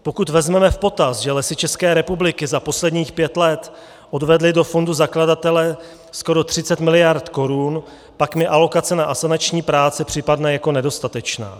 Pokud vezmeme v potaz, že Lesy České republiky za posledních pět let odvedly do fondu zakladatele skoro 30 mld. korun, pak mi alokace na asanační práce připadne jako nedostatečná.